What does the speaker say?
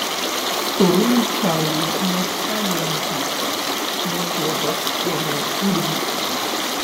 storuliui čarliui net seilė nutįso jo pilvas ėmė urgzti